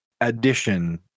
addition